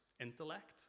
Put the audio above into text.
intellect